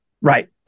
Right